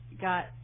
got